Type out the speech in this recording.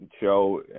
show